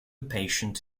patient